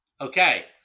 Okay